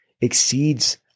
exceeds